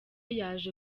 yaje